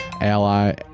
ally